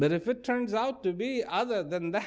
but if it turns out to be other than th